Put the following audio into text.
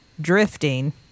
drifting